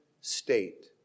state